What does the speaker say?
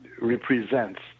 represents